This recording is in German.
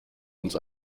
uns